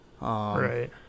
right